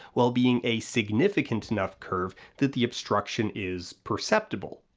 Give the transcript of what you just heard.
while being a significant enough curve that the obstruction is perceptible.